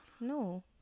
No